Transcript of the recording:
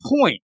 point